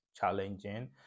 challenging